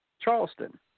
Charleston